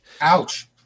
Ouch